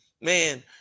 Man